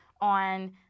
on